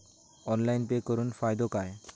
Online pay करुन फायदो काय?